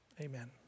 amen